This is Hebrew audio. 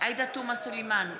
עאידה תומא סלימאן,